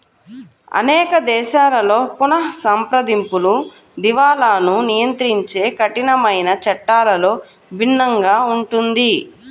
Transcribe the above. అనేక దేశాలలో పునఃసంప్రదింపులు, దివాలాను నియంత్రించే కఠినమైన చట్టాలలో భిన్నంగా ఉంటుంది